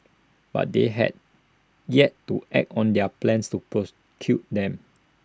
but they had yet to act on their plans to them